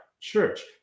church